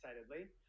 excitedly